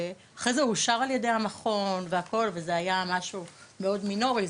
אחרי זה אושר ע"י המכון וזה היה משהו מינורי,